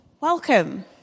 welcome